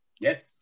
Yes